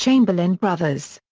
chamberlain brothers.